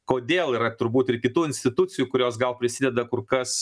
kodėl yra turbūt ir kitų institucijų kurios gal prisideda kur kas